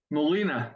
Molina